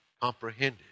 comprehended